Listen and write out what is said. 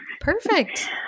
Perfect